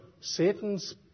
Satan's